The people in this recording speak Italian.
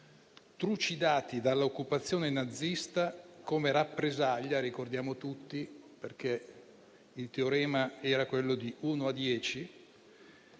trucidate dall'occupazione nazista come rappresaglia - ricordiamolo tutti, perché il teorema era quello di uno a